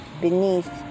beneath